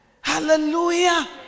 Hallelujah